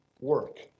work